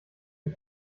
wir